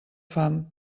fam